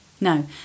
No